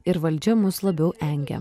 ir valdžia mus labiau engia